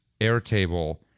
Airtable